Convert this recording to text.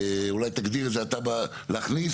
אנחנו מבקשים להכניס